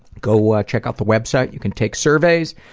go ah check out the website. you can take surveys,